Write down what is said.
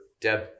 Deb